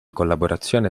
collaborazione